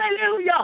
Hallelujah